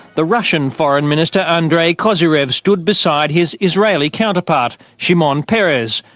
the russian foreign minister, andrey kozyrev, stood beside his israeli counterpart, shimon peres,